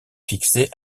fixé